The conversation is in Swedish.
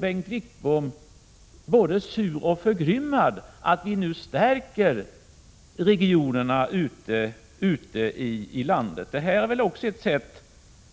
Bengt Wittbom är både sur och förgrymmad över att regeringen nu stärker regionerna ute i landet, men detta är också ett sätt